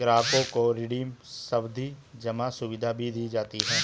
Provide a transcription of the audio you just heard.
ग्राहकों को रिडीम सावधी जमा सुविधा भी दी जाती है